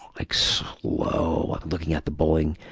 like slow, looking at the bowling,